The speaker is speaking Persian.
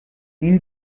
این